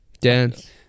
Dance